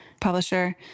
publisher